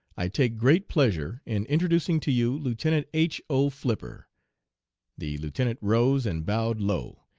i take great pleasure in introducing to you lieutenant h. o. flipper the lieutenant rose and bowed low,